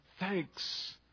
Thanks